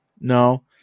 No